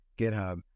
GitHub